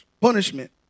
punishment